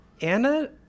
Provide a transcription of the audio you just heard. Anna